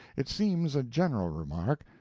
it seems a general remark,